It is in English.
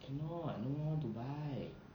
cannot no one want to buy